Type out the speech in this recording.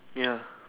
ya